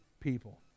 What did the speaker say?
people